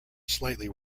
slightly